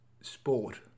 Sport